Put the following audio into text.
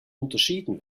unterschieden